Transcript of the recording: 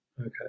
Okay